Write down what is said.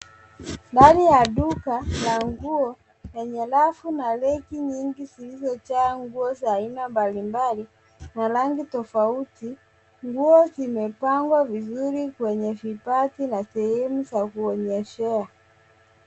Ndani ya duka la nguo lenye rafu na reki nyingi zilizojaa nguo za aina mbalimbali na rangi tofauti. Nguo zimepangwa vizuri kwenye vibati na sehemu za kuonyeshea.